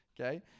okay